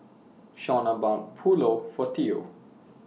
Shauna bought Pulao For Theo